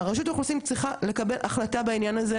שאין ניכויים עבור העובדים האלה,